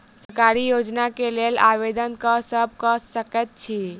सरकारी योजना केँ लेल आवेदन केँ सब कऽ सकैत अछि?